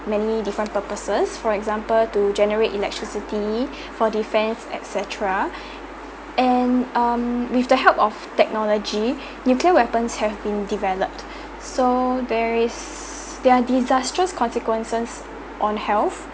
many different purposes for example to generate electricity for defence et cetera and um with the help of technology nuclear weapons have been developed so there is there are disaster consequences on health